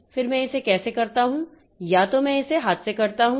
फिर मैं इसे कैसे करता हूं या तो मैं इसे हाथ से करता हूं